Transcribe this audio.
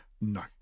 no